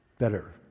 Better